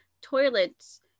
toilets